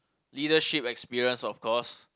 leadership experience of course